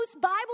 Bible